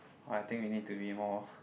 alright I think we need to be more